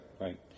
right